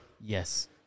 Yes